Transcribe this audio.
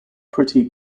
pretty